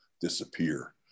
disappear